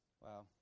Wow